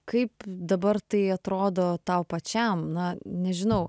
kaip dabar tai atrodo tau pačiam na nežinau